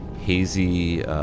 hazy